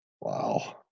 Wow